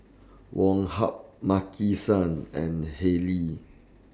Woh Hup Maki San and Haylee